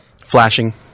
Flashing